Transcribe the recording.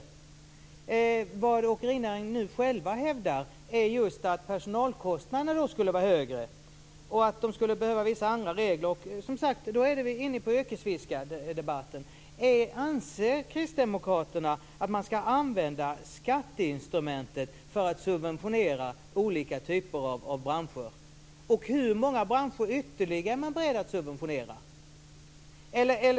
Det man från åkerinäringen nu själv hävdar är just att personalkostnaderna skulle vara högre och att de skulle behöva vissa andra regler. Då är vi inne på yrkesfiskaredebatten. Anser kristdemokraterna att man skall använda skatteinstrumentet för att subventionera olika typer av branscher? Hur många branscher ytterligare är man beredd att subventionera?